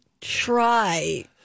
try